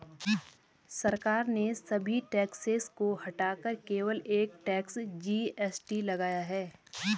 सरकार ने सभी टैक्सेस को हटाकर केवल एक टैक्स, जी.एस.टी लगाया है